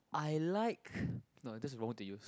I like no that's the wrong word to use